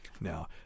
now